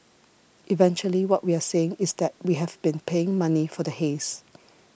eventually what we are saying is that we have been paying money for the haze